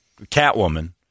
Catwoman